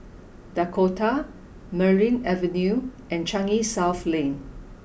Dakota Merryn Avenue and Changi South Lane